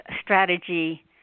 strategy